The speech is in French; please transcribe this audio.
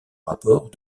rapport